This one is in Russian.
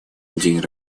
день